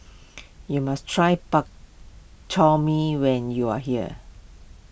you must try Bak Chor Mee when you are here